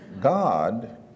God